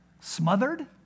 smothered